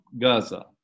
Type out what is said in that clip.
Gaza